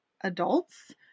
adults